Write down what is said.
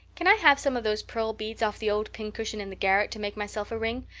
can i have some of those pearl beads off the old pincushion in the garret to make myself a ring?